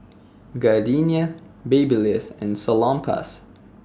Gardenia Babyliss and Salonpas